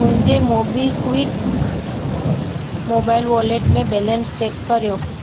मुंहिंजे MobiKwik mobile wallet में balance check करियो